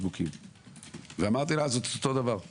הסיבת זה כל ההיטלים שאנו מטילים מדי פעם,